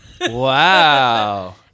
Wow